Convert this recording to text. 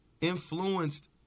influenced